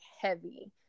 heavy